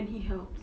and he helps